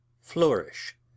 Flourish